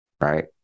right